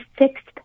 sixth